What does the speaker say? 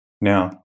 Now